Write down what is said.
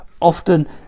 Often